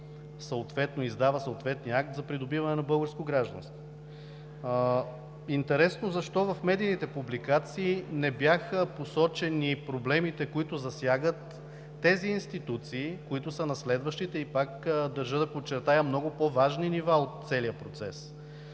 издава съответния акт за придобиване на българско гражданство. Интересно защо в медийните публикации не бяха посочени проблемите, които засягат тези институции, които са на следващите, и пак държа да подчертая, много по-важни нива от целия процес.